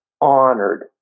honored